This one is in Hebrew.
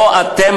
שבו אתם,